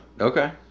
Okay